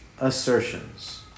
assertions